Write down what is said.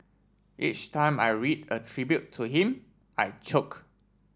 each time I read a tribute to him I choke